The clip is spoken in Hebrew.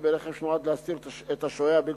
ברכב שנועד להסתיר את השוהה הבלתי-חוקי,